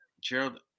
Gerald